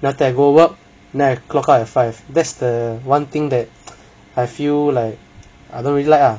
then after that I go work then I clock up at five that's the one thing that I feel like I don't really like ah